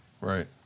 Right